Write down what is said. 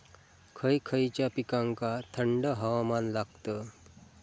खय खयच्या पिकांका थंड हवामान लागतं?